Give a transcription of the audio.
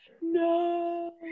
No